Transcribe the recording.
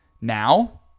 Now